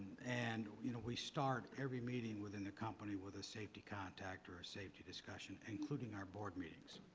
and you know we start every meeting within the company with a safety contact or a safety discussion, including our board meetings.